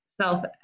self